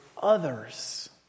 others